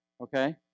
okay